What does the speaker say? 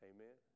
Amen